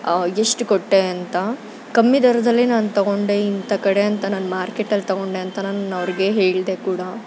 ಎಷ್ಟು ಕೊಟ್ಟೆ ಅಂತ ಕಮ್ಮಿ ದರದಲ್ಲಿ ನಾನು ತೊಗೊಂಡೆ ಇಂಥ ಕಡೆ ಅಂತ ನಾನು ಮಾರ್ಕೆಟಲ್ಲಿ ತೊಗೊಂಡೆ ಅಂತ ನಾನು ಅವರಿಗೆ ಹೇಳಿದೆ ಕೂಡ